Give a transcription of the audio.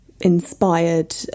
inspired